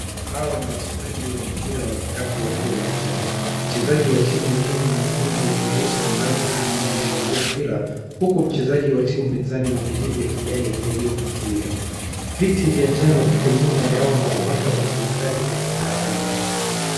Hawa ni wachezaji wa mpira wa vikapu wakiwa uwanjani. Mchezaji wa timu ya Kenya mwenye jezi nyeusi nambari kumi na nne anashikilia mpira, huku mchezaji wa timu pinzani mwenye jezi ya kijani akijaribu kumzuia. Viti vya njano viko nyuma yao na uwanja una mandhari ya kitaalamu.